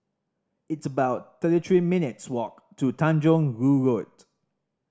it's about thirty three minutes' walk to Tanjong Rhu Road